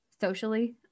socially